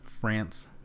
France